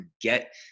get